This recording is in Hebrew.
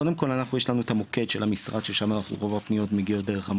קודם כל יש לנו את המוקד של המשרד ואלינו רוב הפניות מגיעות דרך המוקד.